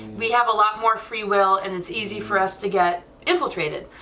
we have a lot more free will and it's easy for us to get infiltrated,